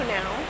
now